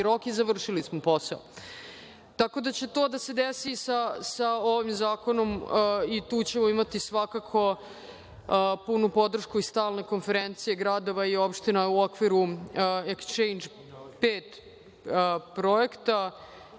rok i završili smo posao. Tako da će to da se desi i sa ovim Zakonom i tu ćemo imati svakako punu podršku i stalne konferencije gradova i opština u okviru exchange pet projekta